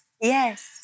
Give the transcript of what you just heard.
Yes